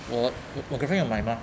我我 girlfriend 要买 mah